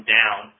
down